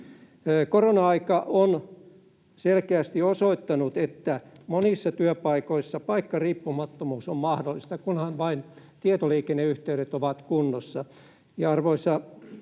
Korona-aika on selkeästi osoittanut, että monissa työpaikoissa paikkariippumattomuus on mahdollista, kunhan vain tietoliikenneyhteydet ovat kunnossa.